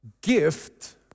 gift